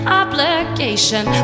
obligation